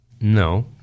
No